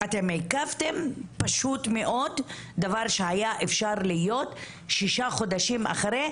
אתם עיכבתם פשוט מאוד דבר שהיה אפשר להיות שישה חודשים אחרי,